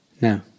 Now